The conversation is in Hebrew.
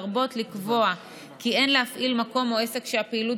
לרבות לקבוע כי אין להפעיל מקום או עסק שהפעילות